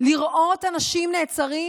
לראות אנשים נעצרים.